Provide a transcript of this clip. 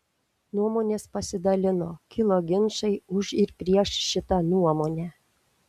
nuomonės pasidalino kilo ginčai už ir prieš šitą nuomonę